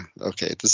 Okay